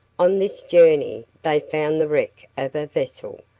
on this journey they found the wreck of a vessel,